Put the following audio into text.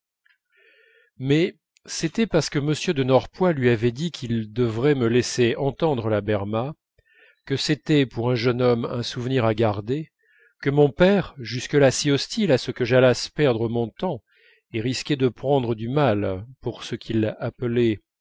mais c'était parce que m de norpois lui avait dit qu'il devrait me laisser entendre la berma que c'était pour un jeune homme un souvenir à garder que mon père jusque-là si hostile à ce que j'allasse perdre mon temps à risquer de prendre du mal pour ce qu'il appelait